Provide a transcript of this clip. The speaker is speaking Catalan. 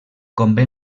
convé